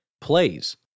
plays